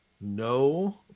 no